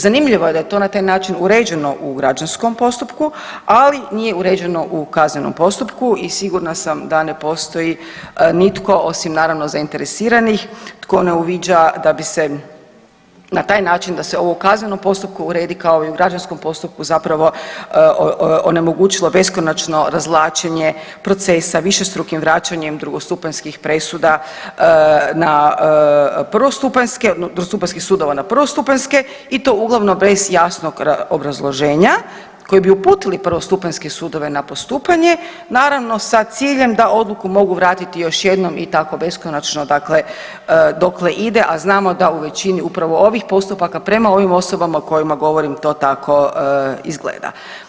Zanimljivo je da to na taj način uređeno u građanskom postupku, ali nije uređeno u kaznenom postupku i sigurna sam da ne postoji nitko osim naravno zainteresiranih tko ne uviđa da bi se na taj način, da se ovo u kaznenom postupku uredi kao i u građanskom postupku zapravo onemogućilo beskonačno razvlačenje procesa višestrukim vraćanjem drugostupanjskih presuda na prvostupanjske, drugostupanjskih sudova na prvostupanjske i to uglavnom bez jasnog obrazloženja koji bi uputili prvostupanjske sudove na postupanje, naravno sa ciljem da odluku mogu vratiti još jednom i tako beskonačno dakle doke ide, a znamo da u većini upravo ovih postupaka prema ovim osobama o kojima govorim to tako izgleda.